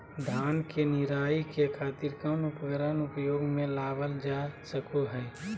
धान के निराई के खातिर कौन उपकरण उपयोग मे लावल जा सको हय?